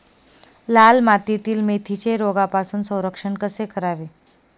लाल मातीतील मेथीचे रोगापासून संरक्षण कसे करावे?